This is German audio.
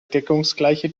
deckungsgleiche